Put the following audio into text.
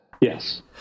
Yes